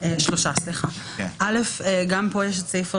גם פה יש סעיף,